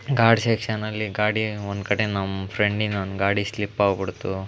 ಘಾಟ್ ಸೆಕ್ಷನಲ್ಲಿ ಗಾಡಿ ಒಂದು ಕಡೆ ನಮ್ಮ ಫ್ರೆಂಡಿನ ಒಂದು ಗಾಡಿ ಸ್ಲಿಪ್ ಆಗ್ಬಿಡ್ತು